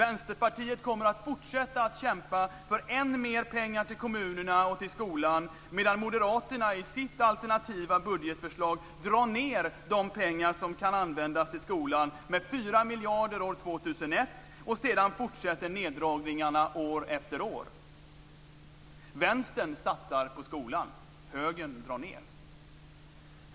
Vänsterpartiet kommer att fortsätta att kämpa för än mer pengar till kommunerna och till skolan medan Moderaterna i sitt alternativa budgetförslag drar ned de pengar som kan användas till skolan med 4 miljarder kronor år 2001. Och sedan fortsätter neddragningarna år efter år. Vänstern satsar på skolan, högern drar ned.